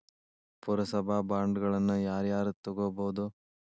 ಪುರಸಭಾ ಬಾಂಡ್ಗಳನ್ನ ಯಾರ ಯಾರ ತುಗೊಬೊದು?